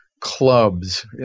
clubs